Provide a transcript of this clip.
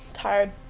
tired